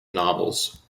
novels